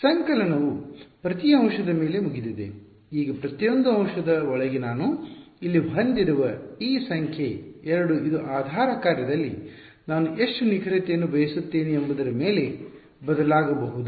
ಸಂಕಲನವು ಪ್ರತಿ ಅಂಶದ ಮೇಲೆ ಮುಗಿದಿದೆ ಈಗ ಪ್ರತಿಯೊಂದು ಅಂಶದ ಒಳಗೆ ನಾನು ಇಲ್ಲಿ ಹೊಂದಿರುವ ಈ ಸಂಖ್ಯೆ 2 ಇದು ಆಧಾರ ಕಾರ್ಯದಲ್ಲಿ ನಾನು ಎಷ್ಟು ನಿಖರತೆಯನ್ನು ಬಯಸುತ್ತೇನೆ ಎಂಬುದರ ಮೇಲೆ ಬದಲಾಗಬಹುದು